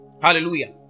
Hallelujah